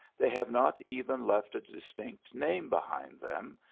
they have not even left a distinct name behind them,